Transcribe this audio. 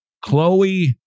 chloe